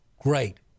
great